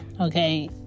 okay